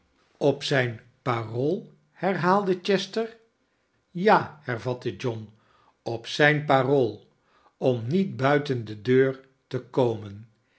op zijn parool parool herhaalde chester ja hervatte john op zijn parool om niet buiten de deur te komen